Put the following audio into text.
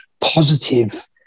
positive